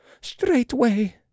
straightway